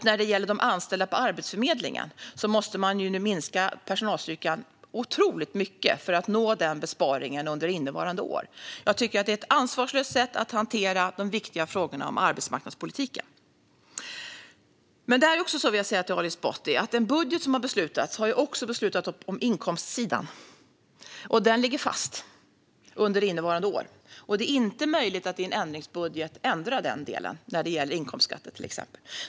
När det gäller de anställda på Arbetsförmedlingen måste man minska personalstyrkan otroligt mycket för att nå den besparingen under innevarande år. Jag tycker att det är ett ansvarslöst sätt att hantera de viktiga frågorna om arbetsmarknadspolitiken. Det är också så, vill jag säga till Ali Esbati, att den budget som man har beslutat om har man också beslutat om på intäktssidan, och den ligger fast under innevarande år. Det är inte möjligt att i en ändringsbudget ändra till exempel i den del som gäller inkomstskatter.